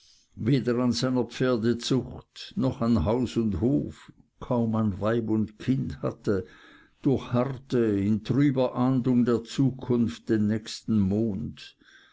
weder an seiner pferdezucht noch an haus und hof kaum an weib und kind hatte durchharrte in trüber ahndung der zukunft den nächsten mond